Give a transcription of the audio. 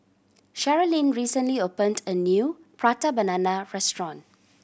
Sherilyn recently opened a new Prata Banana restaurant